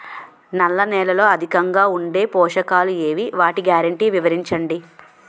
నల్ల నేలలో అధికంగా ఉండే పోషకాలు ఏవి? వాటి గ్యారంటీ వివరించండి?